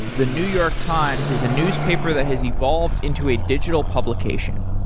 the new york times is a newspaper that has evolved into a digital publication.